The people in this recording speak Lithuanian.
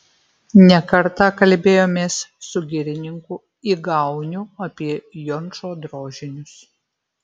ne kartą kalbėjomės su girininku igauniu apie jončo drožinius